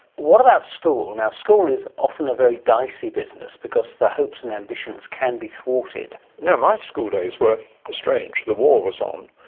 what about school? and school is often a very dicey business because the hopes and ambitions can be thwarted. my school days were strange. the war was on,